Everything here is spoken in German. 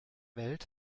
welt